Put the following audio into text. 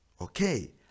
Okay